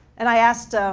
and i asked